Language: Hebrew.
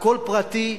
הכול פרטי,